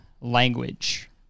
language